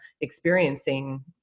experiencing